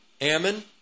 Ammon